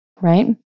Right